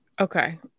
Okay